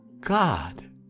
God